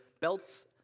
belts